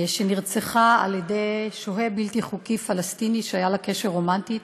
שנרצחה על ידי שוהה בלתי חוקי פלסטיני שהיה לה קשר רומנטי אתו,